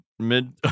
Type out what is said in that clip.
Mid